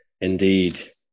indeed